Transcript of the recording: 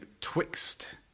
Twixt